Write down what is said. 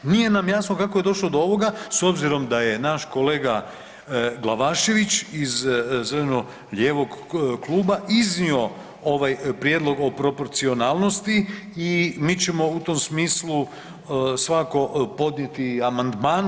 Nije nam jasno kako je došlo do ovoga s obzirom da je naš kolega Glavašević iz zeleno-lijevog kluba iznio ovaj prijedlog o proporcionalnosti i mi ćemo u tom smislu svako podnijeti i amandman.